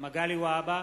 והבה,